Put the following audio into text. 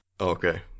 Okay